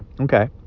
Okay